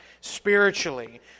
spiritually